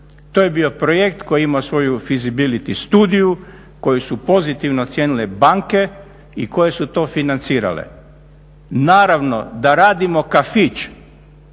To je bio projekt koji je imao svoju fisibility studiju koju su pozitivno ocijenile banke i koje su to financirale. Naravno, da radimo kafić